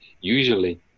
usually